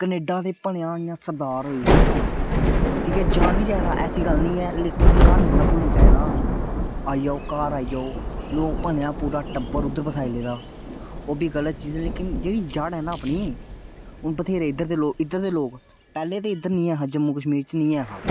Canada ते भलेयां इयां सरदार होई गेदे ठीक ऐ जाना बी चाहिदा ऐसी गल्ल नी ऐ लेकिन घर नीना भुल्लना चाइदा आई जाओ घर आई जाओ लोग भलेयां पूरा टब्बर उद्धर बसाई लेदा ओह् बी गलत चीज ऐ लेकिन जेह्ड़ी जड़ ऐ ना अपनी हुन बथ्हेरे इद्धर दे लोग इद्दर दे लोग पैहले ते इद्धर नी ऐ हा जम्मू कश्मीर च नी ऐ हा